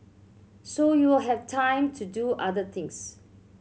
so you have time to do other things